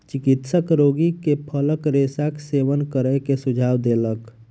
चिकित्सक रोगी के फलक रेशाक सेवन करै के सुझाव देलक